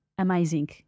Amazing